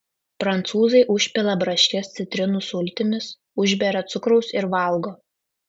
prancūzai užpila braškes citrinų sultimis užberia cukraus ir valgo